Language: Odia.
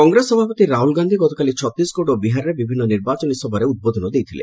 କଂଗ୍ରେସ ସଭାପତି ରାହୁଲ ଗାନ୍ଧୀ ଗତକାଲି ଛତିଶଗଡ ଓ ବିହାରରେ ବିଭିନ୍ନ ନିର୍ବାଚନୀ ସଭାରେ ଉଦ୍ବୋଧନ ଦେଇଥିଲେ